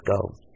go